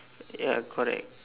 ya correct